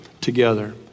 together